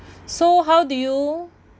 so how do you